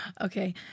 Okay